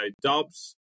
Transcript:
Dobbs